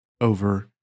over